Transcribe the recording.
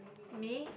me